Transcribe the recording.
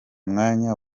mwanya